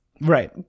Right